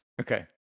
Okay